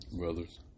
Brothers